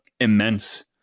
immense